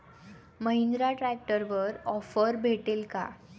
महिंद्रा ट्रॅक्टरवर ऑफर भेटेल का?